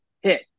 hit